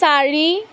চাৰি